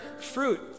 fruit